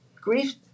grief